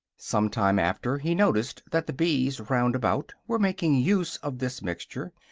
some time after he noticed that the bees round about were making use of this mixture,